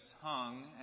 hung